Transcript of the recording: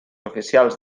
oficials